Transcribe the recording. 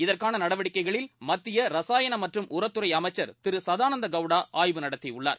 இதற்கான நடவடிக்கைகளில் மத்திய ரசாயன மற்றும் உரத்துறை அமைச்சர் திரு சதானந்த கவுடா ஆய்வு நடத்தியுள்ளார்